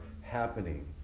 happening